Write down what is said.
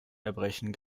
erbrechen